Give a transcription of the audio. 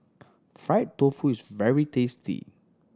fried tofu is very tasty